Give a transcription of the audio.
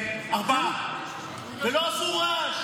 ארבעה, ולא עשו רעש.